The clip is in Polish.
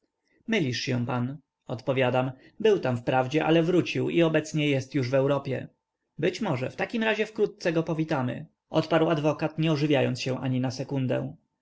mylisz się pan odpowiadam był tam wprawdzie ale wrócił i obecnie jest już w europie być może w takim razie wkrótce go powitamy odparł adwokat nie ożywiając się ani na sekundę